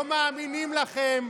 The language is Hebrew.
לא מאמינים לכם,